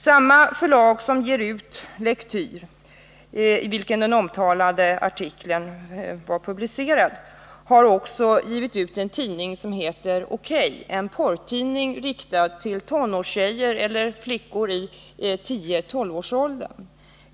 Det förlag som ger ut Lektyr, i vilken den” omtalade artikeln var publicerad, har också givit ut en tidning som heter Okej!, en porrtidning riktad till tonårstjejer eller flickor i 10-12-årsåldern.